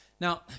Now